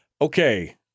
Okay